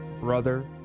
brother